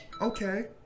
Okay